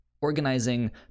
organizing